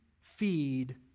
feed